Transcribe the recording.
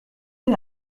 est